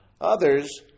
Others